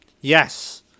Yes